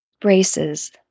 Braces